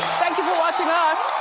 thank you for watching us.